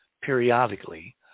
periodically